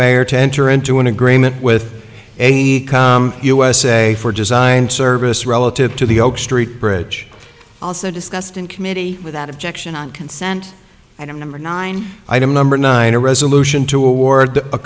mayor to enter into an agreement with usa for design service relative to the oak street bridge also discussed in committee without objection on consent and i'm number nine item number nine a resolution toward a